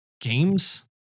games